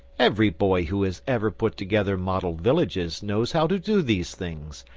every boy who has ever put together model villages knows how to do these things,